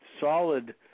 solid